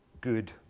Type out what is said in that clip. good